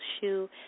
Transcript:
shoe